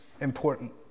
important